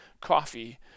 coffee